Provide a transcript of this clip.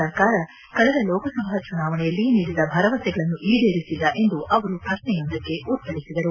ಸರ್ಕಾರ ಕಳೆದ ಲೋಕಸಭಾ ಚುನಾವಣೆಯಲ್ಲಿ ನೀಡಿದ ಭರವಸೆಗಳನ್ನು ಈಡೇರಿಸಿಲ್ಲ ಎಂದು ಅವರು ಪ್ರಶ್ನೆಯೊಂದಕ್ಕೆ ಉತ್ತರಿಸಿದರು